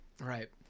right